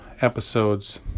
episodes